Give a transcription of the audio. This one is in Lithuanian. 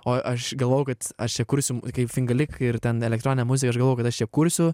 o aš galvojau kad aš kursiu kaip fingalik ir ten elektroninę muziką aš galvojau kad aš ją kursiu